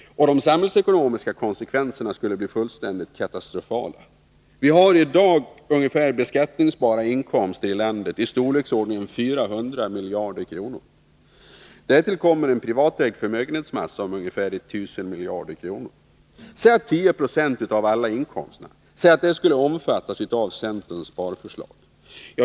De samhällsekonomiska konsekvenserna skulle bli fullständigt katastrofala. Vi har i dag beskattningsbara inkomster i vårt land i storleksordningen 400 miljarder kronor. Därtill kommer en privatägd förmögenhetsmassa om ungefär 1000 miljarder kronor. Säg att 10 26 av alla inkomster skulle omfattas av centerns sparförslag!